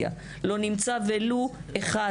הם חברי כנסת מהאופוזיציה.